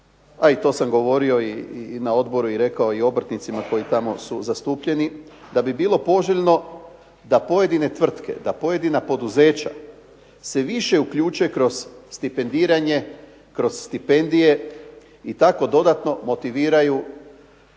a i to sam govorio i na odboru i rekao i obrtnicima koji su tamo zastupljeni, da bi bilo poželjno da pojedine tvrtke, da pojedina poduzeća se više uključe kroz stipendiranje, kroz stipendije i tako dodatno motiviraju